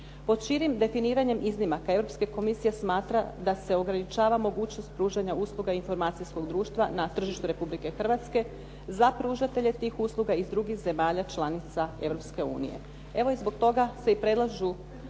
Pod širim definiranjem iznimaka Europska komisija smatra da se ograničava mogućnost pružanja usluga informacijskog društva na tržištu Republike Hrvatske za pružatelje tih usluga iz drugih zemalja članica Europske unije. Evo, i zbog toga se i predlažu